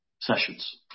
sessions